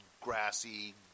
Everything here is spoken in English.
grassy